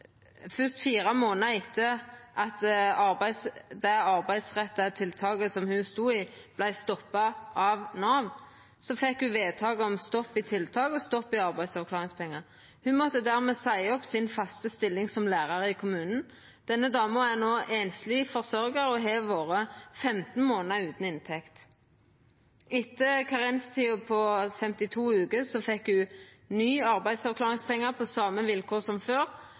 månader etter at dei arbeidsretta tiltaka som ho stod i, vart stoppa av Nav, fekk ho vedtak om stopp i tiltak og stopp i arbeidsavklaringspengar. Ho måtte dermed seia opp si faste stilling som lærar i kommunen. Denne dama er no einsleg forsørgjar og har vore 15 månader utan inntekt. Etter karenstida på 52 veker fekk ho nye arbeidsavklaringspengar på same vilkår som før.